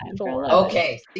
Okay